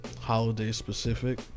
holiday-specific